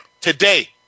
today